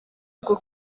bwo